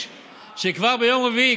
שכבר ביום רביעי,